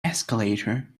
escalator